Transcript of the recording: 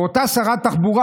אותה שרת תחבורה,